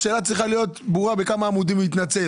השאלה צריכה להיות בכמה עמודים הוא התנצל.